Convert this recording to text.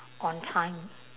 on time